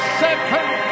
second